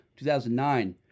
2009